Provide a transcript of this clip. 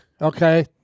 okay